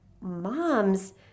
moms